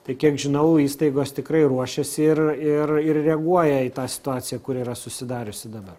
tai kiek žinau įstaigos tikrai ruošiasi ir ir ir reaguoja į tą situaciją kuri yra susidariusi dabar